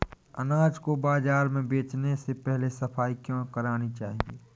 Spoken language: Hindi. अनाज को बाजार में बेचने से पहले सफाई क्यो करानी चाहिए?